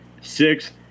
six